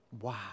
Wow